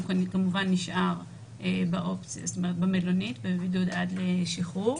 הוא כמובן נשאר במלונית בבידוד עד לשחרור